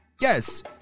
Yes